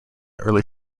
early